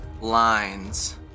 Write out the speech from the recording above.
lines